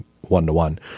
one-to-one